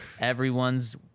everyone's